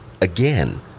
again